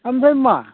ओमफ्राय मा